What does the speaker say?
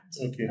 Okay